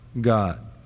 God